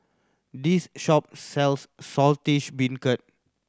this shop sells Saltish Beancurd